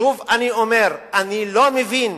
שוב אני אומר, אני לא מבין.